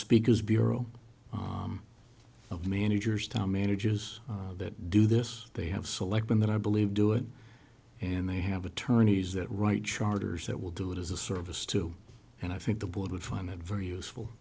speakers bureau of managers down managers that do this they have selectman that i believe do it and they have attorneys that write charters that will do it as a service to and i think the board would find it very useful